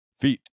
Feet